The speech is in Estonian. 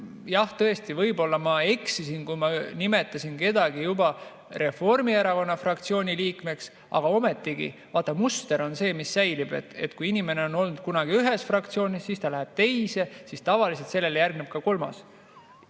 Jah, tõesti, võib-olla ma eksisin, kui ma nimetasin kedagi juba Reformierakonna fraktsiooni liikmeks. Samas, vaata muster on see, mis säilib. Kui inimene on olnud kunagi ühes fraktsioonis ja läheb teise, siis tavaliselt sellele järgneb ka kolmas.